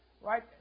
Right